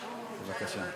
בבקשה.